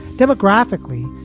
demographically,